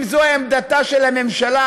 אם זו עמדתה של הממשלה,